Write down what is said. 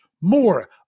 more